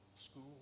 school